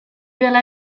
dela